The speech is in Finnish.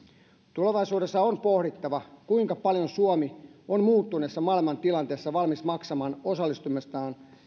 tulevaisuudessa on pohdittava kuinka paljon suomi on muuttuneessa maailmantilanteessa valmis maksamaan osallistumisestaan